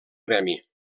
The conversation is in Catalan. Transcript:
gremi